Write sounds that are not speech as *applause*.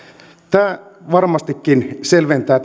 tämä esimerkki varmastikin selventää *unintelligible*